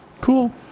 Cool